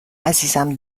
عزیزم